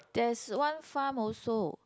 there's one farm also